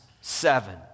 seven